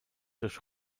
durch